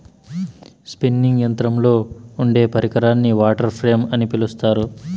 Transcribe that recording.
spinning యంత్రంలో ఉండే పరికరాన్ని వాటర్ ఫ్రేమ్ అని పిలుత్తారు